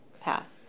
path